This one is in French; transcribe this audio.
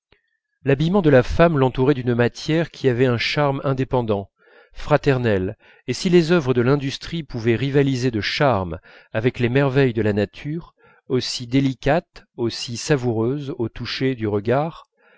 l'habillement de la femme l'entourait d'une manière qui avait un charme indépendant fraternel et comme si les œuvres de l'industrie pouvaient rivaliser de charme avec les merveilles de la nature aussi délicates aussi savoureuses au toucher du regard